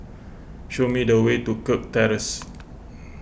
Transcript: show me the way to Kirk Terrace